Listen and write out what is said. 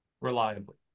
reliably